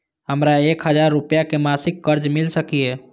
हमरा एक हजार रुपया के मासिक कर्ज मिल सकिय?